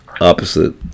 opposite